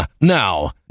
now